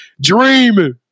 dreaming